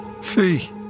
Fee